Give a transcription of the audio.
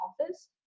office